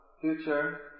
future